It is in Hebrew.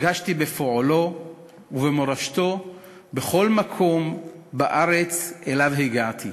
פגשתי בפועלו ובמורשתו בכל מקום בארץ שאליו הגעתי.